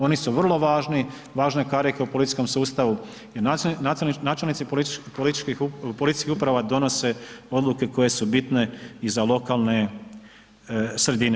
Oni su vrlo važni, važne karike u policijskom sustavu jer načelnici policijskoj uprava donose odluke koje su bitne i za lokalne sredine.